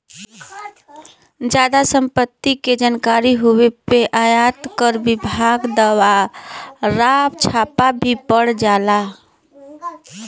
जादा सम्पत्ति के जानकारी होए पे आयकर विभाग दवारा छापा भी पड़ जाला